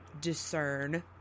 discern